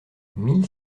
mille